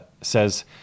says